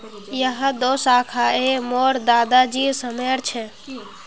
यह दो शाखए मोर दादा जी समयर छे